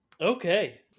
Okay